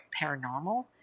paranormal